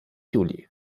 juli